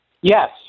yes